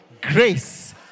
grace